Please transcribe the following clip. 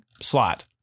slot